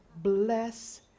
bless